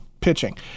pitching